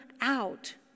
out